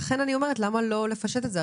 ולכן אני שואלת למה לא לפשט את זה.